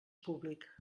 públic